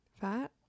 Fat